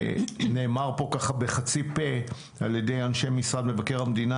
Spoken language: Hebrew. נאמר פה ככה בחצי פה על ידי אנשי משרד מבקר המדינה